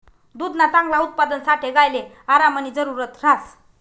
दुधना चांगला उत्पादनसाठे गायले आरामनी जरुरत ह्रास